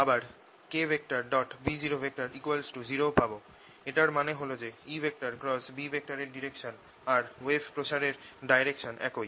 আবার k B00 ও পাবো এটার মানে হল যে EB এর ডাইরেকশন আর ওয়েভ প্রসারের ডাইরেকশন একই